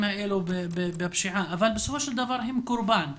האלו בפשיעה אבל בסופו של דבר הם קורבן,